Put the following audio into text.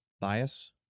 bias